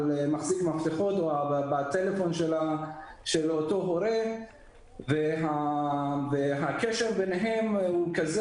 מחזיק מפתחות או בטלפון של אותו הורה והקשר ביניהם הוא כזה